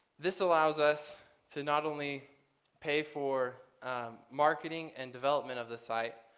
this allows us to not only pay for marketing and development of the site,